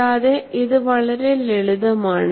കൂടാതെ ഇത് വളരെ ലളിതമാണ്